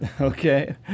Okay